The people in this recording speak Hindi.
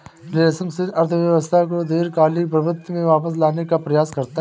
रिफ्लेक्शन अर्थव्यवस्था को दीर्घकालिक प्रवृत्ति में वापस लाने का प्रयास करता है